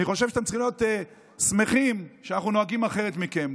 אני חושב שאתם צריכים להיות שמחים שאנחנו נוהגים אחרת מכם.